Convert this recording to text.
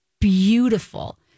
beautiful